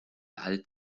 alt